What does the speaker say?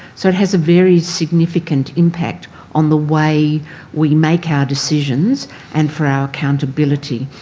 so it has a very significant impact on the way we make our decisions and for our accountability.